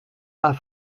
pas